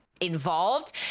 involved